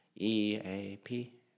EAP